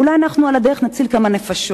אולי על הדרך נציל נפשות,